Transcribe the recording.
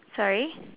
sorry